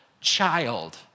child